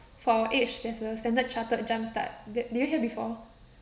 for our age there's a standard chartered jumpstart that did you hear before